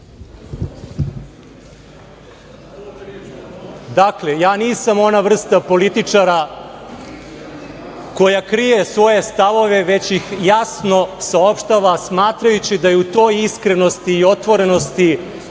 vreme. Dakle, ja nisam ona vrsta političara koja krije svoje stavove, već ih jasno saopštava, smatrajući da je u toj iskrenosti i otvorenosti